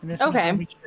Okay